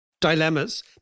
dilemmas